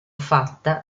fatta